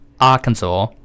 Arkansas